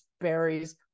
berries